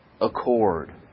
accord